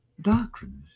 doctrines